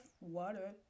water